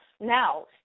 now